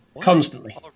Constantly